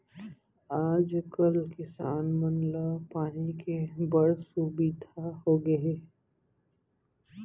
आज कल किसान मन ला पानी के बड़ सुबिधा होगे हे